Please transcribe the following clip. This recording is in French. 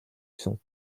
son